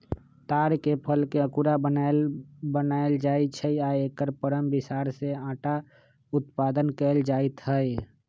तार के फलके अकूरा बनाएल बनायल जाइ छै आ एकर परम बिसार से अटा उत्पादन कएल जाइत हइ